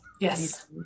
Yes